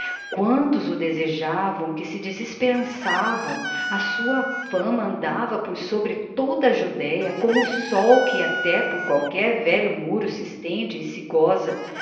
quantos o desejavam que se desesperançavam a sua fama andava por sobre toda a judeia como o sol que até por qualquer velho muro se estende e se